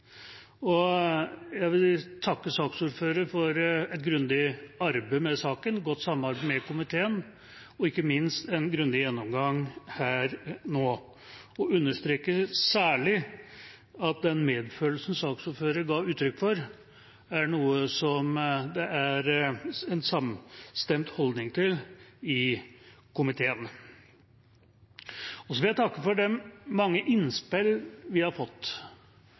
Jeg vil takke saksordføreren for et grundig arbeid med saken, godt samarbeid med komiteen og ikke minst en grundig gjennomgang her nå. Jeg understreker særlig at den medfølelsen saksordføreren ga uttrykk for, er noe som det er en samstemt holdning til i komiteen. Jeg vil også takke for de mange innspill vi har fått